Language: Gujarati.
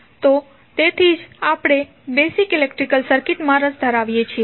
તો તેથી જ આપણે બેઝિક ઇલેક્ટ્રિકલ સર્કિટ માં રસ ધરાવીએ છીએ